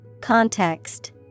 Context